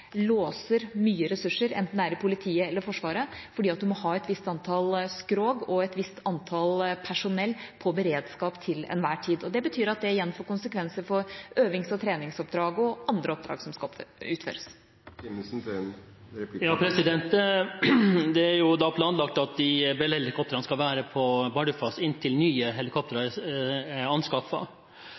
låser mye ressurser, enten det er i politiet eller Forsvaret, fordi man må ha et visst antall skrog og et visst antall personell på beredskap til enhver tid. Det får igjen konsekvenser for øvings- og treningsoppdrag og andre oppdrag som skal utføres. Det er jo planlagt at de Bell-helikoptrene skal være på Bardufoss inntil nye helikoptre er